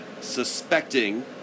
suspecting